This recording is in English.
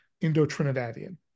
Indo-Trinidadian